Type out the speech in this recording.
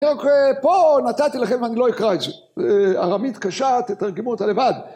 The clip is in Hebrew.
פה נתתי לכם, אני לא אקרא את זה, ארמית קשה, תתרגמו אותה לבד.